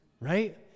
Right